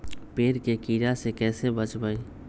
पेड़ के कीड़ा से कैसे बचबई?